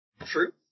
True